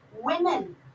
Women